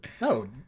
No